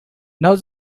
now